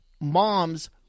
mom's